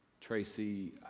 Tracy